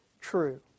true